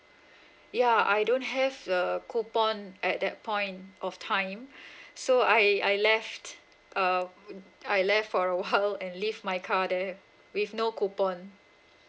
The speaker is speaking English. ya I don't have the uh coupon at that point of time so I I left um I I left for a while and leave my car there with no coupon